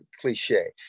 cliche